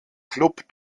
klub